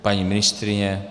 Paní ministryně?